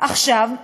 עכשיו,